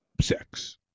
sex